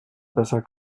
besser